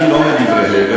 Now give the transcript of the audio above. אני לא אומר דברי הבל.